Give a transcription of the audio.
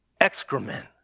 excrement